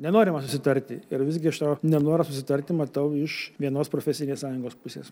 nenorima susitarti ir visgi iš to nenoro susitarti matau iš vienos profesinės sąjungos pusės